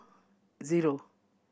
zero